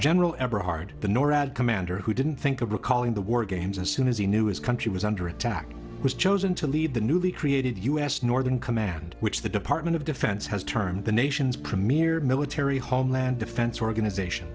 general eberhart the norad commander who didn't think of recalling the war games as soon as he knew his country was under attack was chosen to lead the newly created u s northern command which the department of defense has termed the nation's premier military homeland defense organization